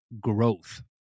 growth